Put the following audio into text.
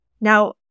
Now